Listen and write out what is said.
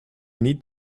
need